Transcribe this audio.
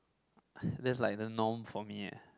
that's like the norm for me eh